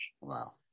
Wow